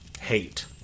Hate